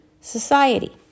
society